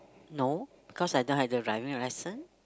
no because I don't have the driving lesson